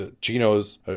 chinos